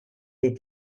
des